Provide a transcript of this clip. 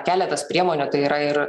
keletas priemonių tai yra ir